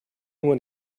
when